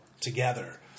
together